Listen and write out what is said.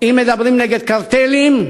אם מדברים נגד קרטלים,